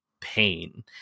pain